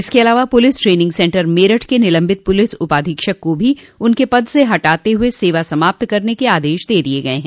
इसके अलावा police training centre Meerut के निलम्बित पुलिस उपाधीक्षक को भी उनके पद से हटाते हुए सेवा समाप्त करने के आदेश दे दिये गये हैं